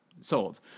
sold